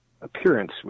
appearance